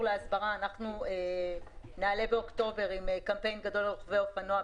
להסברה אנחנו נעלה באוקטובר עם קמפיין גדול לרוכבי האופנוע,